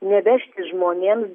nevežti žmonėms